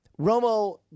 Romo